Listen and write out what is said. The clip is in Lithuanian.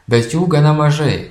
bet jų gana mažai